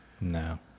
No